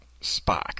Spock